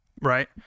right